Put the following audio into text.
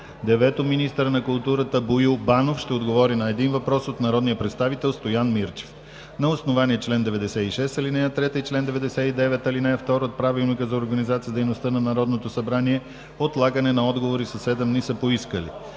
- министъра на културата Боил Банов ще отговори на един въпрос от народния представител Стоян Мирчев. На основание чл. 96, ал. 3 и чл. 99, ал. 2 от Правилника за организацията и дейността на Народното събрание отлагане на отговори със седем дни са поискали: